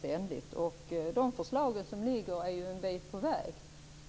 Med de förslag som ligger framme kommer vi en bit på väg.